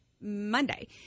Monday